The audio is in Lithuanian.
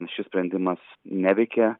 šis sprendimas neveikia